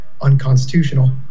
unconstitutional